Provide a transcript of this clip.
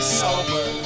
sober